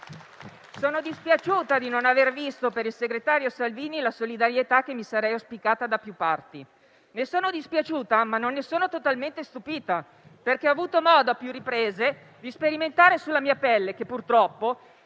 Sono dispiaciuta di non aver visto, per il segretario Salvini, la solidarietà che avrei auspicato da più parti. Ne sono dispiaciuta, ma non totalmente stupita perché ho avuto modo a più riprese di sperimentare sulla mia pelle che, purtroppo,